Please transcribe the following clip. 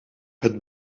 het